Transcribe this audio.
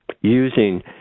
using